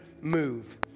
move